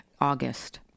August